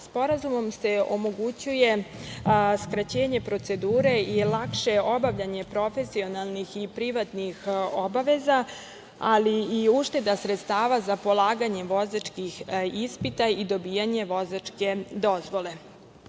državi. Sporazumom se omogućuje skraćenje procedure i lakše obavljanje profesionalnih i privatnih obaveza, ali i ušteda sredstava za polaganje vozačkih ispita i dobijanja vozačke dozvole. Ono